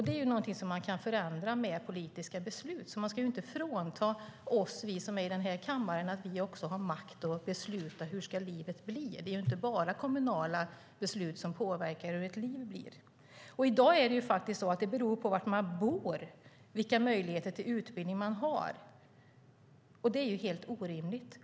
Det är någonting som vi kan förändra med politiska beslut. Man ska därför inte förneka att vi i denna kammare har makt att besluta hur livet ska bli. Det är inte bara kommunala beslut som påverkar hur ett liv blir. Vilka möjligheter man har till utbildning beror i dag på var man bor. Det är helt orimligt.